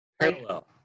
Parallel